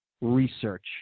research